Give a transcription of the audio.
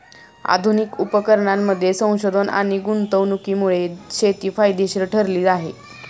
आधुनिक उपकरणांमध्ये संशोधन आणि गुंतवणुकीमुळे शेती फायदेशीर ठरली आहे